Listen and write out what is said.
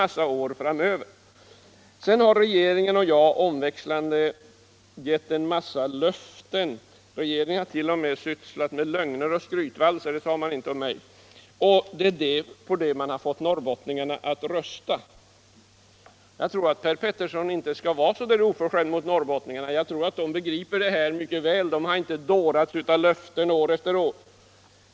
Sedan sades det att regeringen och jag omväxlande har gett en mingd löften och att regeringen t.o.m. har sysslat med lögner och skrytvalser - det sade han inte om mig - och att det är på det man har fått norrbottningarna att rösta. Jag tror Per Petersson i Gäddvik inte skall vara så där oförskämd mot norrbottningarna. Jag tror att de begriper detv här ” mycket väl. De har inte dårats av löften år efter år.